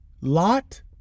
Lot